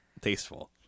Tasteful